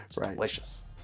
delicious